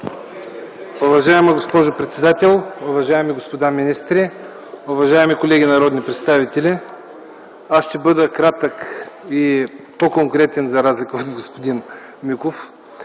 Уважаема госпожо председател, уважаеми господа министри, уважаеми колеги народни представители! Ще бъда кратък и по-конкретен, за разлика от господин Миков.